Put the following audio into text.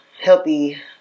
healthy